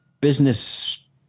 business